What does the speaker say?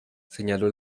señaló